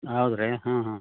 ಹೌದು ರೀ ಹಾಂ ಹಾಂ